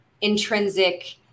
intrinsic